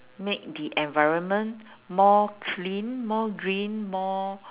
make the environment more clean more green more